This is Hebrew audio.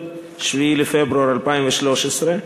7 בפברואר 2013,